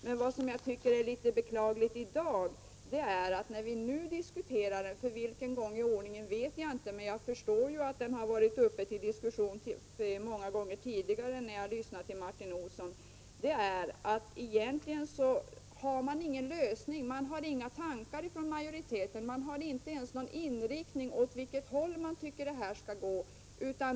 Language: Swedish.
Men vad jag tycker är beklagligt i dag är att när vi nu diskuterar — för vilken gång i ordningen vet jag inte, men jag förstår av Martin Olsson att det har diskuterats många gånger tidigare — har majoriteten inget förslag till lösning. 111 Man har inga tankar, inte ens någon inriktning åt vilket håll man tycker detta skall gå.